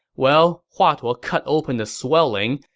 well, hua tuo ah cut open the swellings,